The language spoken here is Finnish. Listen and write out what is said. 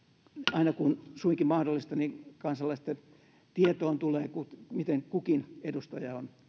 aina kun suinkin mahdollista kansalaisten tietoon tulee miten kukin edustaja on